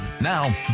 Now